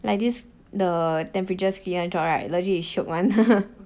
like this the temperature screener job right legit is shiok [one]